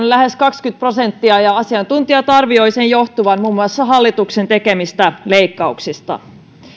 lähes kaksikymmentä prosenttia ja asiantuntijat arvioivat sen johtuvan muun muassa hallituksen tekemistä leikkauksista